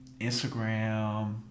Instagram